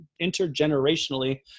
intergenerationally